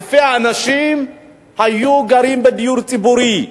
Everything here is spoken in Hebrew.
אלפי אנשים היו גרים בדיור ציבורי.